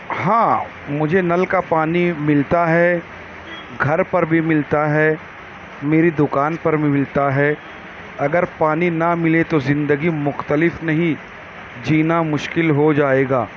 ہاں مجھے نل کا پانی ملتا ہے گھر پر بھی ملتا ہے میری دوکان پر بھی ملتا ہے اگر پانی نہ ملے تو زندگی مختلف نہیں جینا مشکل ہو جائے گا